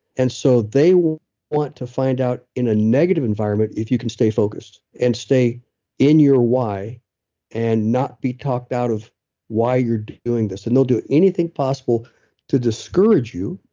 and so, they will want to find out in a negative environment if you can stay focused, and stay in your why and not be talked out of why you're doing this. and they'll do anything possible to discourage you.